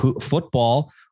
football